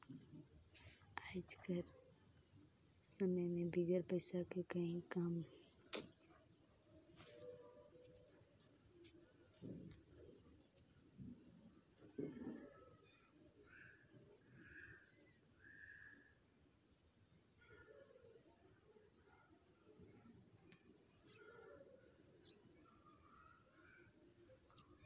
आएज कर समे में बिगर पइसा कर काहीं काम बूता होना नी हे मइनसे मन ल आएज कर समे में कदम कदम में पइसा लगना हे